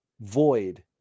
void